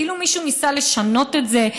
כאילו מישהו ניסה לשנות את זה,